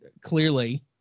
clearly